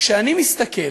כשאני מסתכל